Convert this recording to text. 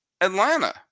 Atlanta